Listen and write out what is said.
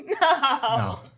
No